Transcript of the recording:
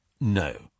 No